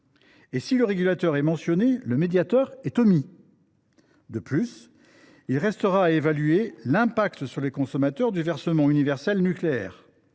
Et si le régulateur est mentionné, le médiateur est omis. De plus, il restera à évaluer l’impact sur les consommateurs du « versement universel nucléaire